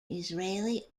israeli